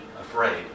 afraid